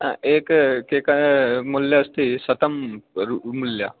आ एकं केक् मूल्यम् अस्ति शतं रू मूल्यम्